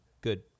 good